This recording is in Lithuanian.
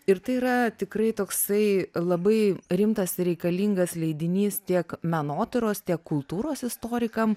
ir tai yra tikrai toksai labai rimtas reikalingas leidinys tiek menotyros tiek kultūros istorikam